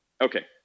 Okay